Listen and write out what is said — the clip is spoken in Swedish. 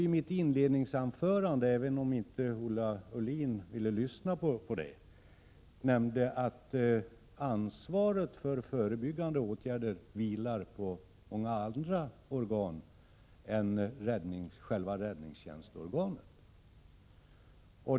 I mitt inledningsanförande nämnde jag att ansvaret för förebyggande åtgärder vilar på många andra organ än själva räddningstjänstorganet.